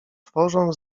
tworzą